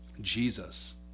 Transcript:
Jesus